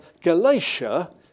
Galatia